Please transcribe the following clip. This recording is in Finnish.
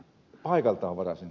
paikaltani varasin